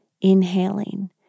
inhaling